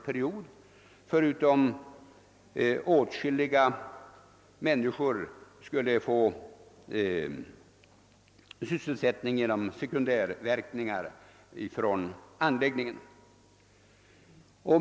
Dessutom skulle åtskilliga människor få sysselsättning genom sekundärverkningar från anläggningen.